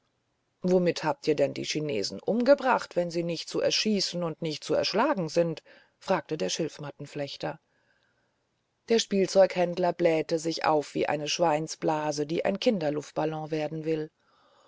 womit habt ihr denn die chinesen umgebracht wenn sie nicht zu erschießen und nicht zu erschlagen sind fragte der schilfmattenflechter der spielzeughändler blähte sich auf wie eine schweinsblase die ein kinderluftballon werden will